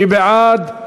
מי בעד?